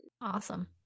Awesome